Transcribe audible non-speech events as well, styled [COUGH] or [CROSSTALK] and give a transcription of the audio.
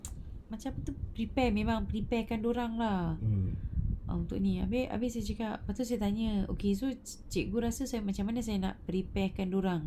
[NOISE] macam dia prepare punya prepare dia orang lah untuk ni habis habis aku cakap lepas aku tanya okay so cik cikgu rasa macam mana saya nak prepare kan dia orang